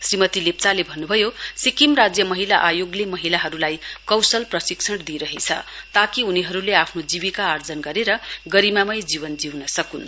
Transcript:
श्रीमदी लेप्चाले भन्नुभयो सिक्किम राज्य महिला आयोगले महिलाहरूलाई कौशल प्रशिक्षण दिइरहेछ ताकि उनीहरूले आफ्नो जीविका आर्जन गरेर गरिमामय जीवन जिउन सकून्